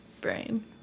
brain